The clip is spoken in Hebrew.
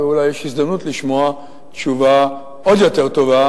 ואולי יש הזדמנות לשמוע תשובה עוד יותר טובה